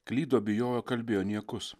klydo bijojo kalbėjo niekus